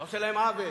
אתה עושה להם עוול.